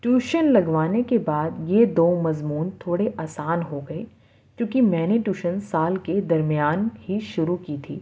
tuition لگوانے کے بعد یہ دو مضمون تھوڑے آسان ہوگئے کیونکہ میں نے ٹیوشن سال کے درمیان ہی شروع کی تھی